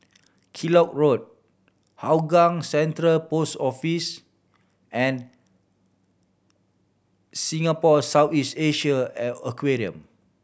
Kellock Road Hougang Central Post Office and Singapore is Asia and Aquarium